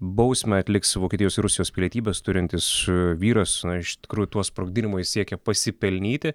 bausmę atliks vokietijos ir rusijos pilietybes turintis vyras na iš tikrųjų tuo sprogdinimu jis siekia pasipelnyti